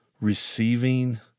receiving